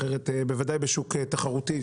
אחרת בוודאי בשוק תחרותי,